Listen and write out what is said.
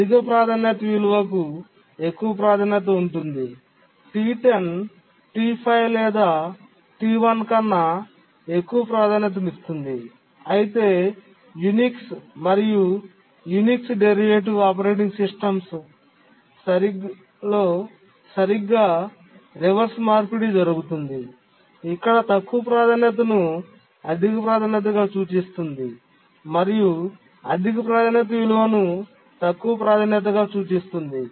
అధిక ప్రాధాన్యత విలువకు ఎక్కువ ప్రాధాన్యత ఉంటుంది T10 T5 లేదా T1 కన్నా ఎక్కువ ప్రాధాన్యతనిస్తుంది అయితే యునిక్స్ మరియు యునిక్స్ డెరివేటివ్ ఆపరేటింగ్ సిస్టమ్స్ లో సరిగ్గా రివర్స్ మార్పిడి జరుగుతుంది ఇక్కడ తక్కువ ప్రాధాన్యతను అధిక ప్రాధాన్యతగా సూచిస్తుంది మరియు అధిక ప్రాధాన్యత విలువను తక్కువ ప్రాధాన్యతగా సూచిస్తుంది